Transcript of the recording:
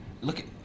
Look